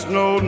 no